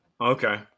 Okay